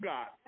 God